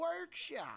Workshop